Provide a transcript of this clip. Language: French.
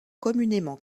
communément